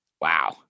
Wow